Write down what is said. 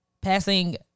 passing